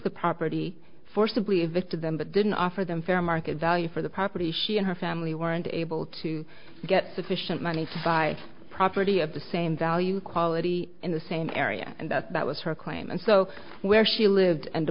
the property forcibly evicted them but didn't offer them fair market value for the property she and her family weren't able to get sufficient money to buy property at the same value quality in the same area and that that was her claim and so where she lived and the